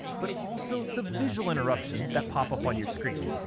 but also the visual interruptions that pop up on your screen.